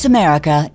America